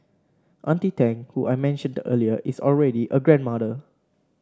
auntie Tang who I mentioned earlier is already a grandmother